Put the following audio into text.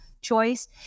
choice